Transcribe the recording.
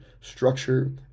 structure